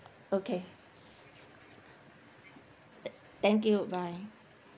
okay thank you bye